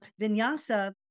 vinyasa